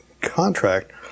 contract